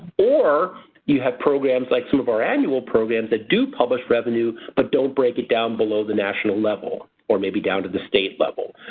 you have programs like some of our annual programs that do publish revenue but don't break it down below the national level or maybe down to the state level.